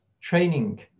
training